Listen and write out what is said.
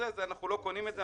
אנחנו לא קונים את זה,